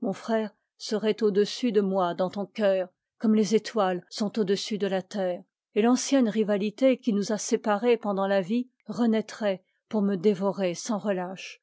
mon frère serait au-dessus de moi dans ton cœur comme les étoiles sont au-dessus de la terre et l'ancienne rivalité qui nous a séparés pendant la vie renaîtrait pour me dévorer sans relâche